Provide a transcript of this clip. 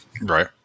Right